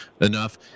enough